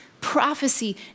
prophecy